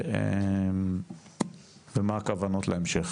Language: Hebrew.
ומהן הכוונות להמשך.